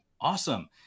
Awesome